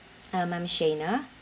I'm I'm shena